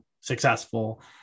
successful